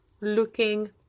looking